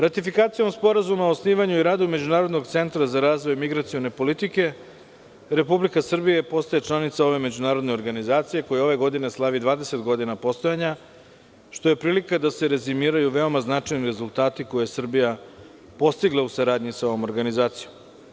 Ratifikacijom Sporazuma o osnivanju i radu međunarodnog centra za razvoj migracione politike, Republika Srbija postaje članica ove međunarodne organizacije koja ove godine slavi 20 godina postojanja, što je prilika da se rezimiraju veoma značajni rezultati koje je Srbija postigla u saradnji sa ovom organizacijom.